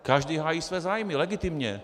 Každý hájí své zájmy, legitimně.